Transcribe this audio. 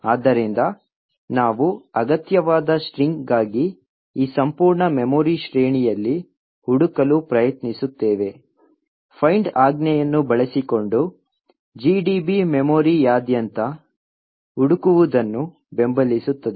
ಆದ್ದರಿಂದ ನಾವು ಅಗತ್ಯವಾದ ಸ್ಟ್ರಿಂಗ್ಗಾಗಿ ಈ ಸಂಪೂರ್ಣ ಮೆಮೊರಿ ಶ್ರೇಣಿಯಲ್ಲಿ ಹುಡುಕಲು ಪ್ರಯತ್ನಿಸುತ್ತೇವೆ find ಆಜ್ಞೆಯನ್ನು ಬಳಸಿಕೊಂಡು GDB ಮೆಮೊರಿಯಾದ್ಯಂತ ಹುಡುಕುವುದನ್ನು ಬೆಂಬಲಿಸುತ್ತದೆ